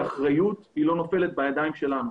האחריות בשטח גלילי היא לא בידיים שלנו,